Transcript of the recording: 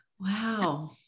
Wow